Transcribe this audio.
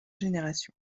générations